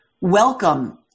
Welcome